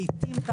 לעתים,